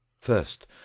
First